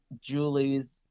Julie's